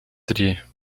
три